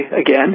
again